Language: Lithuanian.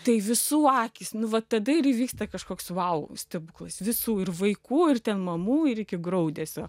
tai visų akys nu va tada ir įvyksta kažkoks vau stebuklas visų ir vaikų ir ten mamų ir iki graudesio